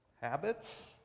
habits